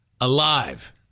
Alive